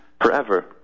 forever